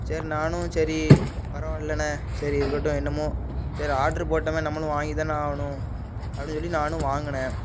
சரி நானும் சரி பரவாயில்லண்ணா சரி இருக்கட்டும் என்னமோ சரி ஆட்ரு போட்டோம் நம்மளும் வாங்கித்தானே ஆகணும் அப்டின்னு சொல்லி நானும் வாங்கினேன்